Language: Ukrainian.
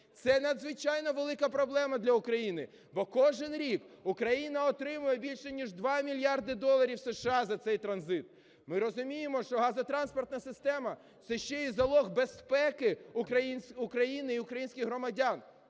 Це надзвичайно велика проблема для України, бо кожний рік Україна отримує більше ніж 2 мільярди доларів США за цей транзит. Ми розуміємо, що газотранспортна система – це ще і залог безпеки України, і українських громадян.